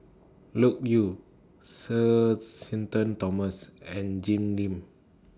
Loke Yew Sir Shenton Thomas and Jim Lim